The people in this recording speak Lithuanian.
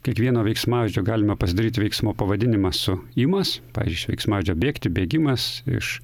kiekvieno veiksmažodžio galima pasidaryti veiksmo pavadinimą su imas pavyzdžiui iš veiksmažodžio bėgti bėgimas iš